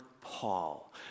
Paul